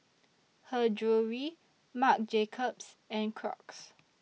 Her Jewellery Marc Jacobs and Crocs